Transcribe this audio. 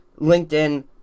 LinkedIn